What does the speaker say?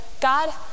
God